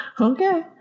Okay